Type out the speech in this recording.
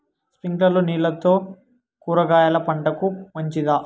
స్ప్రింక్లర్లు నీళ్లతో కూరగాయల పంటకు మంచిదా?